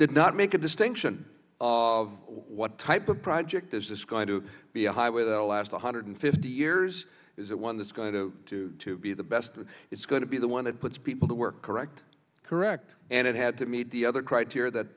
did not make a distinction of what type of project is this going to be a highway the last one hundred fifty years is it one that's going to be the best it's going to be the one that puts people to work correctly correct and it had to meet the other criteria that